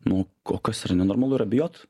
nuo ko kas yra nenormalu ir abejot